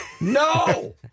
No